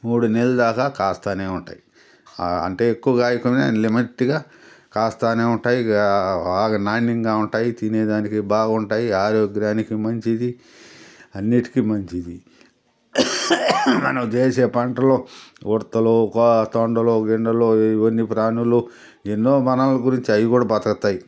మూడు నెలల దాకా కాస్తూనే ఉంటాయి అంటే ఎక్కువ కాయకుండా లిమిట్గా కాస్తూనే ఉంటాయి బాగా నాణ్యంగా ఉంటాయి తినేదానికి బాగా ఉంటాయి ఆరోగ్యానికి మంచిది అన్నిటికీ మంచిది మనం వేసే పంటలు ఉడతలు ఒక తొండలు దిండలు ఈ వన్యప్రాణులు ఎన్నో మన వల్ల గురించి అవన్నీ బతుకుతాయి